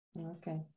Okay